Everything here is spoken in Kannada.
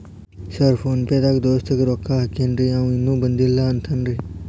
ಸರ್ ಫೋನ್ ಪೇ ದಾಗ ದೋಸ್ತ್ ಗೆ ರೊಕ್ಕಾ ಹಾಕೇನ್ರಿ ಅಂವ ಇನ್ನು ಬಂದಿಲ್ಲಾ ಅಂತಾನ್ರೇ?